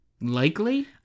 likely